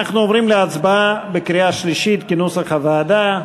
אנחנו עוברים להצבעה בקריאה שלישית כנוסח הוועדה.